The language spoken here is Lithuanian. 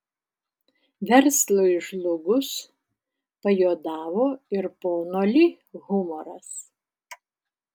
verslui žlugus pajuodavo ir pono li humoras